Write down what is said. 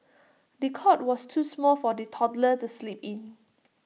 the cot was too small for the toddler to sleep in